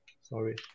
sorry